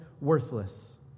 worthless